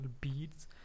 beads